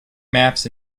maps